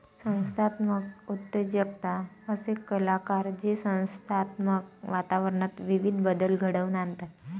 संस्थात्मक उद्योजकता असे कलाकार जे संस्थात्मक वातावरणात विविध बदल घडवून आणतात